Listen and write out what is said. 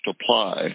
apply